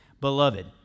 Beloved